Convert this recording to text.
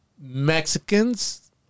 Mexicans